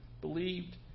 believed